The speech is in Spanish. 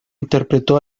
interpretó